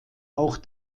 auch